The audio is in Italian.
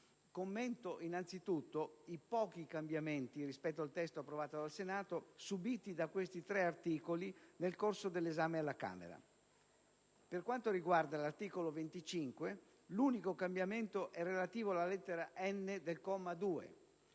Commento innanzitutto i pochi cambiamenti rispetto al testo approvato dal Senato subiti da questi tre articoli nel corso dell'esame alla Camera. Per quanto riguarda l'articolo 25, l'unico cambiamento è relativo alla lettera *n)* del comma 2.